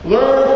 Learn